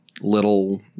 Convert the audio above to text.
little